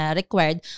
required